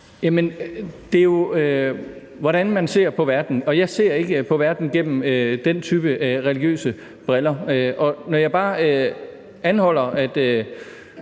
Jamen det handler jo om, hvordan man ser på verden, og jeg ser ikke på verden gennem den type religiøse briller. Når jeg bare anholder